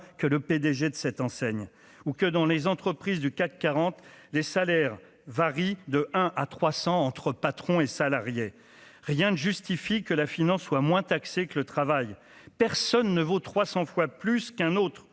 que le PDG de cette enseigne ou que dans les entreprises du CAC 40 des salaires varient de 1 à 300 entre patrons et salariés, rien ne justifie que la finance soit moins taxé que le travail, personne ne vaut 300 fois plus qu'un autre,